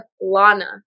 Lana